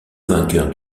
vainqueur